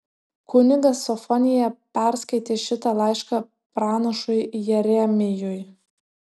kunigas sofonija perskaitė šitą laišką pranašui jeremijui